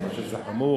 אני חושב שזה חמור.